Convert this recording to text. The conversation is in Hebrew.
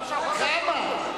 כמה?